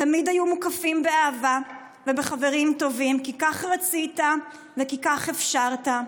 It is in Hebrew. תמיד היו מוקפים באהבה ובחברים טובים כי כך רצית וכי כך אפשרת.